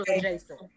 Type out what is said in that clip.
Jason